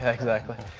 exactly